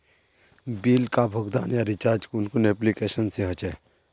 Bill का भुगतान या रिचार्ज कुन कुन एप्लिकेशन से होचे?